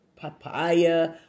papaya